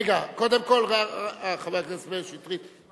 רגע, קודם כול, יש ממשלה.